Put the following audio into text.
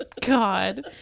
god